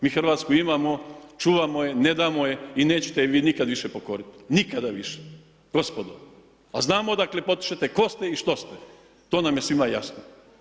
Mi Hrvatsku imamo, čuvamo je, ne damo je i nećete je vi više nikada pokoriti, nikada više, gospodo a znamo odakle potičete, ko ste i što ste, to nam je svima jasno.